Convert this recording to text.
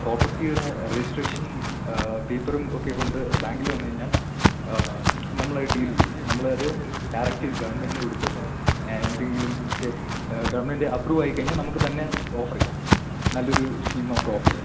പ്രോപ്പർട്ടിയടെ registration പേപ്പറും ഒക്കെ കൊണ്ട് ബാങ്കിൽ വന്ന് കഴിഞ്ഞാൽ നമ്മളത് ഡീല് ചെയ്യാം നമ്മൾ അത് ഡൈറെക്റ്റ് ഗവൺമെൻറ്റിന് കൊടുത്ത് എന്തെങ്കിലും ഒക്കെ ഗവൺമെൻറ്റ് അപ്പ്രൂവ് ആയിക്കഴിഞ്ഞാൽ നമുക്ക് തന്നെ ഓഫറ് ചെയ്യാം നല്ലൊരു സ്കീം നമുക്ക് ഓഫറ് ചെയ്യാം